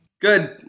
Good